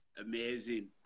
Amazing